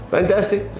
Fantastic